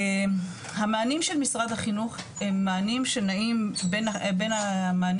המענים של משרד החינוך הם מענים שנעים בין המענים